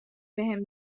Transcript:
بهم